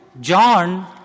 John